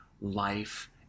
life